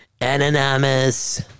Anonymous